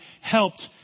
helped